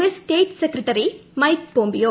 S state secretary Mike Pompeo